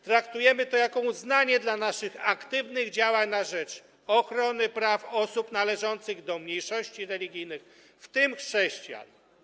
Traktujemy to jako uznanie dla naszych aktywnych działań na rzecz ochrony praw osób należących do mniejszości religijnych, w tym chrześcijan.